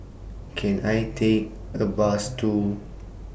Can I Take A Bus to